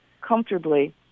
comfortably